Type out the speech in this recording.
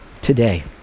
today